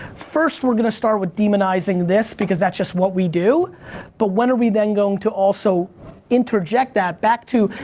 first we're gonna start with demonizing this because that's just what we do but when are we then going to also interject that, back to,